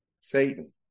Satan